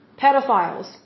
Pedophiles